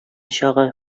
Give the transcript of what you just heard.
чагы